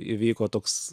įvyko toks